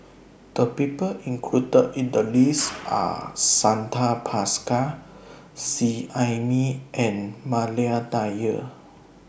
The People included in The list Are Santha Bhaskar Seet Ai Mee and Maria Dyer